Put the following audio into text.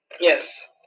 yes